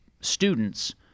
students